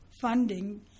funding